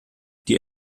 die